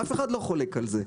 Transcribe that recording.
אף אחד לא חולק על זה.